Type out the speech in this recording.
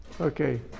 Okay